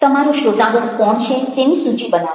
તમારો શ્રોતાગણ કોણ છે તેની સૂચિ બનાવો